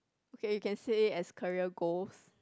okay you can say as career goals